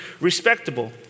respectable